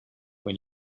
when